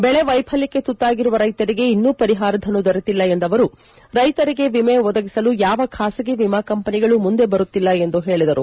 ಬೆಳೆ ವೈಫಲ್ಲಕ್ಷೆ ತುತ್ತಾಗಿರುವ ರೈಸರಿಗೆ ಇನ್ನೂ ಪರಿಹಾರಧನ ದೊರೆತಿಲ್ಲ ಎಂದ ಅವರು ರೈಸರಿಗೆ ವಿಮೆ ಒದಗಿಸಲು ಯಾವ ಖಾಸಗಿ ವಿಮಾ ಕಂಪನಿಗಳು ಮುಂದೆ ಬರುತ್ತಿಲ್ಲ ಎಂದು ಹೇಳಿದರು